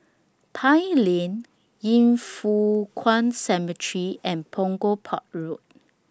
Pine Lane Yin Foh Kuan Cemetery and Punggol Port Road